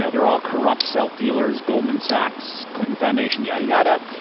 so they're all corrupt self-dealers, goldman sachs, clinton foundation, yada yada.